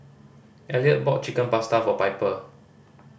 Eliot bought Chicken Pasta for Piper